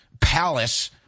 palace